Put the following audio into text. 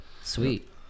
Sweet